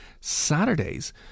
Saturdays